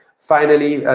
finally,